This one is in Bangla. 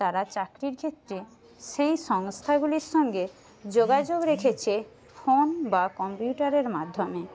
তারা চাকরির ক্ষেত্রে সেই সংস্থাগুলির সঙ্গে যোগাযোগ রেখেছে ফোন বা কম্পিউটারের মাধ্যমে